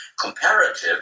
comparative